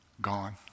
gone